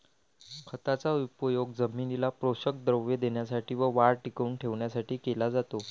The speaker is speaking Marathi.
खताचा उपयोग जमिनीला पोषक द्रव्ये देण्यासाठी व वाढ टिकवून ठेवण्यासाठी केला जातो